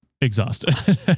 exhausted